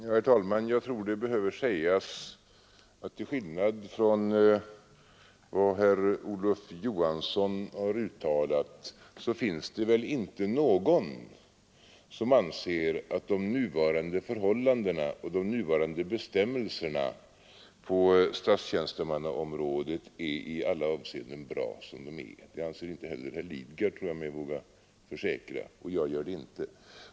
Herr talman! Jag tror det behöver sägas att det, till skillnad från vad herr Olof Johansson har uttalat, väl inte finns någon som anser att de nuvarande förhållandena och de nuvarande bestämmelserna på stats tjänstemannaområdet är i alla avseenden bra som de är — det anser inte heller herr Lidgard, tror jag mig våga försäkra, och jag gör det inte heller.